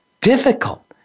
difficult